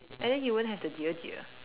and then you won't have the dear dear